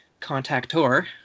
contactor